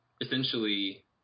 essentially